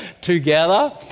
together